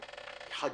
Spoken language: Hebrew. חגים.